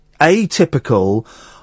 atypical